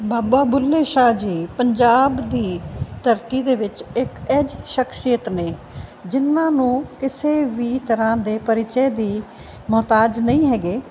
ਬਾਬਾ ਬੁੱਲ੍ਹੇ ਸ਼ਾਹ ਜੀ ਪੰਜਾਬ ਦੀ ਧਰਤੀ ਦੇ ਵਿੱਚ ਇੱਕ ਇਹੋ ਜਿਹੀ ਸ਼ਖਸੀਅਤ ਨੇ ਜਿਹਨਾਂ ਨੂੰ ਕਿਸੇ ਵੀ ਤਰ੍ਹਾਂ ਦੇ ਪਰਿਚੇ ਦੇ ਮੁਹਤਾਜ ਨਹੀਂ ਹੈਗੇ